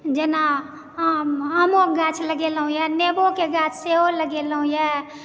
जेना आम आमोक गाछ लगेलौं येए नेबो के गाछ सेहो लगेलौं येए